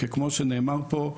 כמו שנאמר פה,